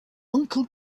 uncle